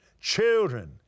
children